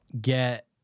get